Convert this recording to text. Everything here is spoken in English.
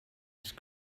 ice